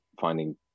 finding